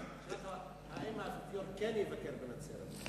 האם האפיפיור כן יבקר בנצרת?